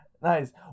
Nice